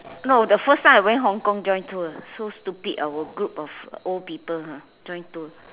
no this first time I went Hong-Kong join tour so stupid our group of old people ah join tour